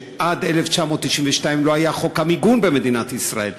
עד 1992 לא היה חוק המיגון במדינת ישראל,